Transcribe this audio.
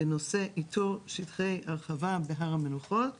בנושא איתור שטחי הרחבה בהר המנוחות